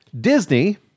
Disney